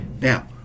Now